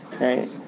Right